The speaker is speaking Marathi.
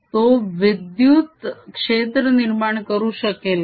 तो विद्युत क्षेत्र निर्माण करू शकेल का